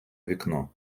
вікно